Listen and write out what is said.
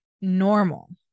normal